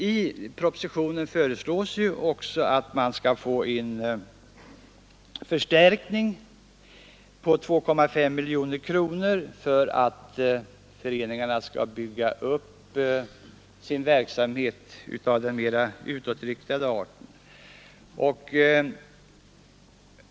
I propositionen föreslås också en förstärkning på 2,5 miljoner kronor för att föreningarna skall bygga upp sin verksamhet av mera utåtriktad art.